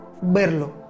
verlo